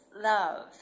love